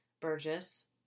Burgess